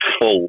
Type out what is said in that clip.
full